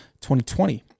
2020